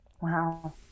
Wow